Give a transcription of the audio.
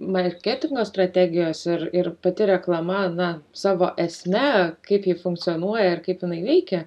marketingo strategijos ir ir pati reklama na savo esme kaip ji funkcionuoja ir kaip jinai veikia